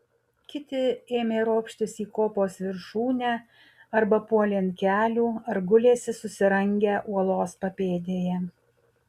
kiti ėmė ropštis į kopos viršūnę arba puolė ant kelių ar gulėsi susirangę uolos papėdėje